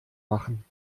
machen